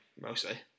mostly